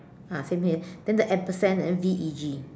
ah same here then the and sign and V E G